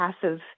passive